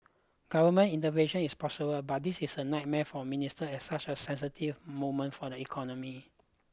government intervention is possible but this is a nightmare for ministers at such a sensitive moment for the economy